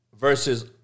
versus